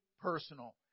personal